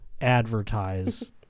advertise